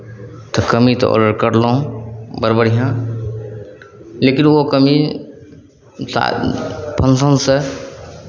कमीज तऽ ऑडर करलहुँ बड़ बढ़िआँ लेकिन ओ कमीज ओ सा फँक्शनसँ